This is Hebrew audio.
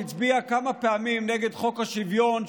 שהצביעה כמה פעמים נגד חוק השוויון,